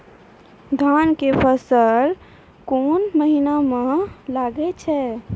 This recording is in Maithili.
धान के फसल कोन महिना म लागे छै?